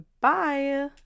Bye